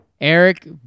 Eric